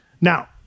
Now